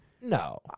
No